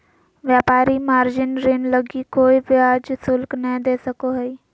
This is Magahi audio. व्यापारी मार्जिन ऋण लगी कोय ब्याज शुल्क नय दे सको हइ